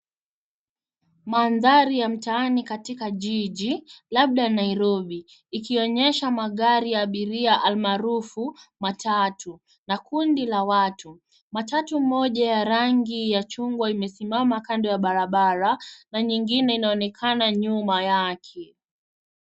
Mandhari ya mtaani katika jiji, labda Nairobi, ikionyesha magari ya abiria almaarufu matatu na kundi la watu. Matatu moja ya rangi ya chungwa imesimama kando ya barabara na nyingine inaonekana nyuma yake.